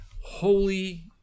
Holy